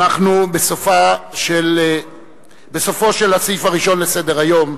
אנחנו בסופו של הסעיף השני בסדר-היום,